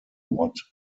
what